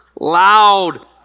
loud